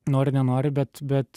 nori nenori bet bet